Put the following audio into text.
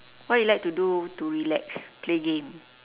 why you like to do to relax play game